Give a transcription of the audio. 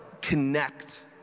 connect